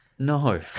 No